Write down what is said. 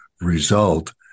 result